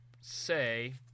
say